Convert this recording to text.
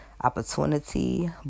opportunity